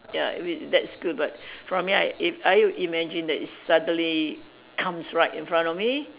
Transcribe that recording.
ya I mean that's good but for me I if I imagine that it suddenly comes right in front of me